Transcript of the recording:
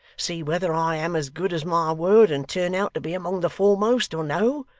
see whether i am as good as my word and turn out to be among the foremost, or no.